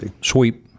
Sweep